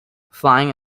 flying